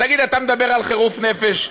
תגיד, אתה מדבר על חירוף נפש?